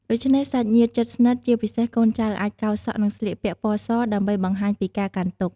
ដូច្នេះសាច់ញាតិជិតស្និទ្ធ ជាពិសេសកូនចៅ អាចកោរសក់ និងស្លៀកពាក់ពណ៌សដើម្បីបង្ហាញពីការកាន់ទុក្ខ។